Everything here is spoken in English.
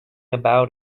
about